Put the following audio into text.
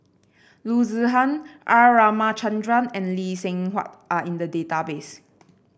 Loo Zihan R Ramachandran and Lee Seng Huat are in the database